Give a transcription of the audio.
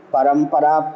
Parampara